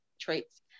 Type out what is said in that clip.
traits